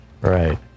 right